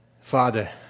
Father